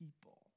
people